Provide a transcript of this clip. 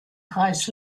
kreis